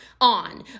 on